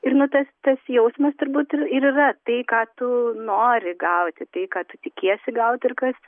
ir nu tas tas jausmas turbūt ir ir yra tai ką tu nori gauti tai ką tu tikiesi gauti ir kas